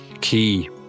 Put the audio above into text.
key